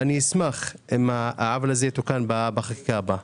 ואני אשמח אם העוול הזה יתוקן בחקיקה הבאה.